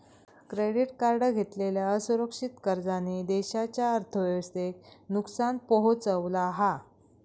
credit card घेतलेल्या असुरक्षित कर्जांनी देशाच्या अर्थव्यवस्थेक नुकसान पोहचवला हा